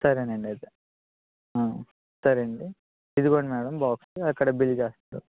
సరే అండి అయితే సరే అండి ఇదిగోండి మ్యాడమ్ బాక్సు అక్కడ బిల్ చేస్తారు